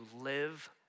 live